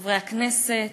חברי הכנסת,